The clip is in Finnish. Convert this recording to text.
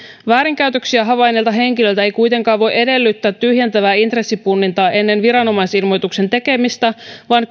väärinkäytöksiä havainneelta henkilöltä ei kuitenkaan voi edellyttää tyhjentävää intressipunnintaa ennen viranomaisilmoituksen tekemistä vaan